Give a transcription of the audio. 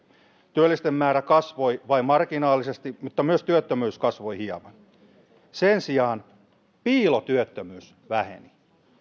työllisten määrä kasvoi vain marginaalisesti mutta myös työttömyys kasvoi hieman sen sijaan piilotyöttömyys väheni